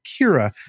Kira